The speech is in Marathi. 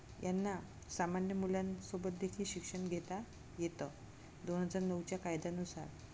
यांना सामान्य मुलांसोबत देखील शिक्षण घेता येतं दोन हजार नऊच्या कायद्यानुसार